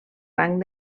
rang